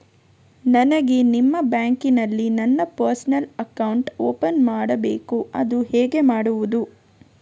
ನನಗೆ ನಿಮ್ಮ ಬ್ಯಾಂಕಿನಲ್ಲಿ ನನ್ನ ಪರ್ಸನಲ್ ಅಕೌಂಟ್ ಓಪನ್ ಮಾಡಬೇಕು ಅದು ಹೇಗೆ ಮಾಡುವುದು?